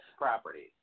properties